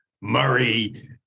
Murray